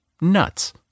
nuts